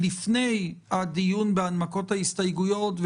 לפני הדיון על הנמקת ההסתייגויות,